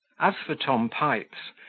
as for tom pipes,